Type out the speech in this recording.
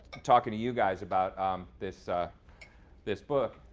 talking to you guys about this this book,